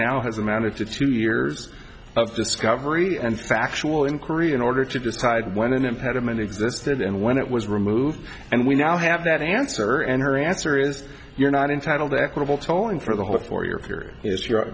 now has amounted to two years of discovery and factual inquiry in order to decide when an impediment existed and when it was removed and we now have that answer and her answer is you're not entitled to equitable tolling for the whole four year period is your